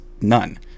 none